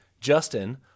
justin